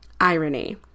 irony